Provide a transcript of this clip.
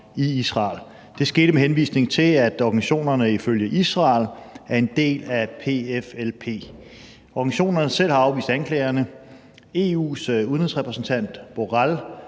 i Israel. Det skete med henvisning til, at organisationerne ifølge Israel er en del af PFLP. Organisationerne selv har afvist anklagerne. EU's udenrigsrepræsentant, Borrell,